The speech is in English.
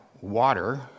water